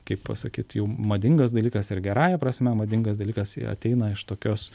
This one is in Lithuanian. kaip pasakyt jau madingas dalykas ir gerąja prasme madingas dalykas ji ateina iš tokios